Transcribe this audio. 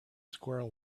squirrel